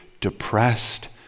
depressed